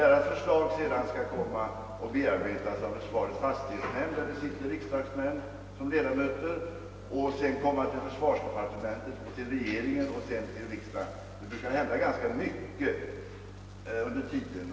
Deras förslag skall bearbetas av försvarets fastighetsnämnd, där riksdagsmän ingår som ledamöter, och sedan av försvarsdepartementet, av regeringen och slutligen av riksdagen. Det kan hända ganska mycket under tiden.